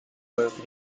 work